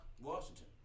Washington